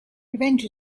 revenge